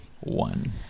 one